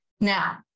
Now